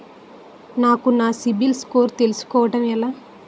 నాకు నా CIBIL score తెలుసుకోవడం ఎలా?